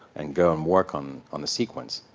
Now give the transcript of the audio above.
and go and work on on the sequence.